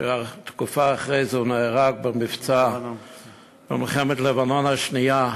שתקופה אחרי זה נהרג במלחמת לבנון השנייה?